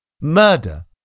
Murder